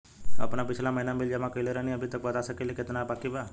हम पिछला महीना में बिल जमा कइले रनि अभी बता सकेला केतना बाकि बा?